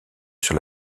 sur